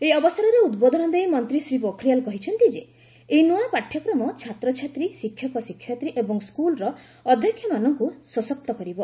ଏହି ଅବସରରେ ଉଦ୍ବୋଧନ ଦେଇ ମନ୍ତ୍ରୀ ଶ୍ରୀ ପୋଖରିଆଲ କହିଛନ୍ତି ଯେ ଏହି ନୂଆ ପାଠ୍ୟକ୍ରମ ଛାତ୍ରଛାତ୍ରୀ ଶିକ୍ଷକ ଶିକ୍ଷୟିତ୍ରୀ ଏବଂ ସ୍କୁଲ୍ର ଅଧ୍ୟକ୍ଷମାନଙ୍କୁ ସଶକ୍ତ କରିବ